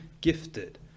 gifted